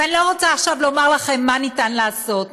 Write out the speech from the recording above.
ואני לא רוצה עכשיו לומר לכם מה אפשר לעשות,